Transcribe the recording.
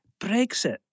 Brexit